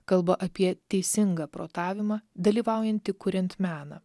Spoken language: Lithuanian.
kalba apie teisingą protavimą dalyvaujanti kuriant meną